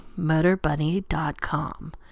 MotorBunny.com